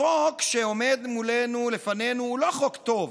החוק שעומד לפנינו אינו חוק טוב,